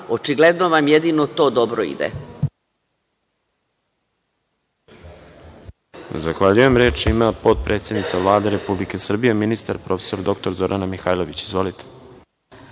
Očigledno vam jedino to dobro ide.